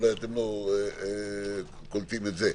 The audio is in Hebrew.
אולי אתם לא קולטים את זה.